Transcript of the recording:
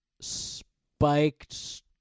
spiked